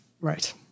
Right